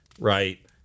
right